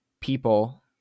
people